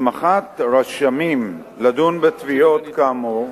הסמכת רשמים לדון בתביעות כאמור,